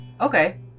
okay